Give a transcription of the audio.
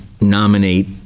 nominate